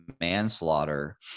manslaughter